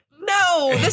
no